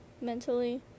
mentally